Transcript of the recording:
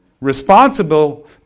Responsible